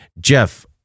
Jeff